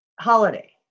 holiday